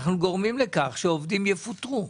אבל אנחנו גורמים לכך שעובדים יפוטרו.